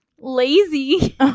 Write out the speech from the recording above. lazy